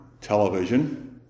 television